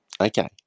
Okay